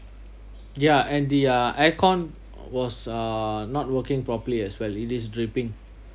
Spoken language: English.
ya and the uh aircon was uh not working properly as well it is dripping